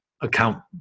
account